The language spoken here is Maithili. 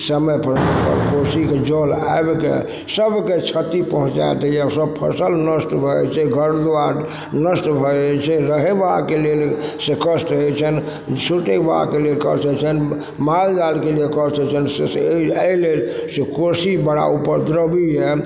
समय पर कोसीके जल आबिके सबके क्षति पहुँचा दइए सब फसल नष्ट भऽ जाइ छै घर दुआरि नष्ट भऽ जाइ छै रहबाके लेल से कष्ट होइ छन्हि सुतबाके लेल कष्ट होइ छन्हि माल जालके लेल कष्ट होइ छन्हि से से अइ अइ लेल से कोसी बड़ा उपद्रवी यऽ